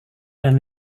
dan